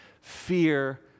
Fear